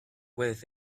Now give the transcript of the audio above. with